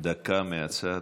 דקה מהצד.